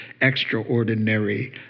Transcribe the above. extraordinary